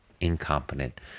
incompetent